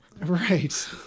right